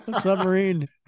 submarine